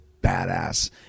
badass